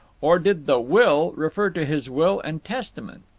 or did the will refer to his will and testament?